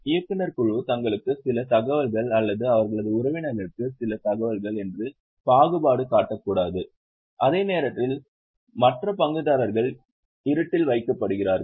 இயக்குநர் குழு தங்களுக்கு சில தகவல்கள் அல்லது அவர்களது உறவினர்களுக்கு இன்னும் சில தகவல்கள் என்று பாகுபாடு காட்டக்கூடாது அதே நேரத்தில் மற்ற பங்குதாரர்கள் இருட்டில் வைக்கப்படுகிறார்கள்